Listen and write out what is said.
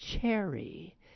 cherry